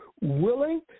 willing